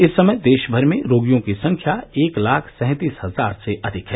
इस समय देश भर में रोगियों की संख्या एक लाख सैंतीस हजार से अधिक है